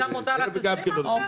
שם מותר רק 20 עכשיו?